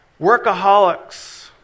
workaholics